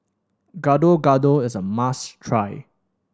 Gado Gado is a must try